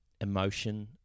emotion